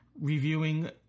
reviewing